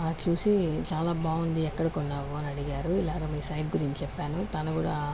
అది చూసి చాలా బాగుంది ఎక్కడ కొన్నావు అని అడిగారు ఇలాగా మీ సైట్ గురించి చెప్పాను తన కూడా